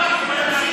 אתה צבוע.